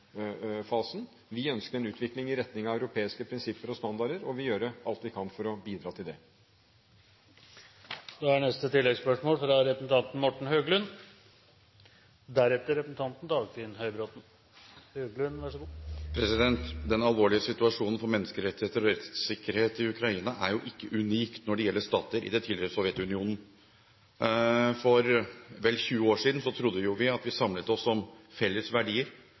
Vi ønsker en utvikling i retning av europeiske prinsipper og standarder og vil gjøre alt vi kan for å bidra til det. Morten Høglund – til oppfølgingsspørsmål. Den alvorlige situasjonen for menneskerettigheter og rettssikkerhet i Ukraina er ikke unik når det gjelder stater i det tidligere Sovjetunionen. For vel 20 år siden trodde vi jo at vi samlet oss om felles verdier.